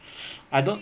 I don't